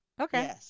okay